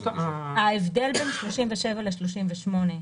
ההבדל בין סעיף 37 לסעיף 38,